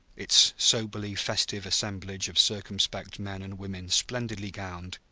its soberly festive assemblage of circumspect men and women splendidly gowned,